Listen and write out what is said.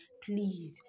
please